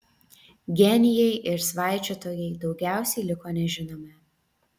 genijai ir svaičiotojai daugiausiai liko nežinomi